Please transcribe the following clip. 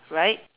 right